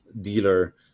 dealer